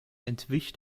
entwich